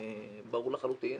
ברור לחלוטין